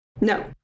No